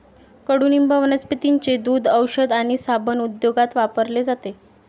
कडुनिंब वनस्पतींचे दूध, औषध आणि साबण उद्योगात वापरले जाते